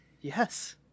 Yes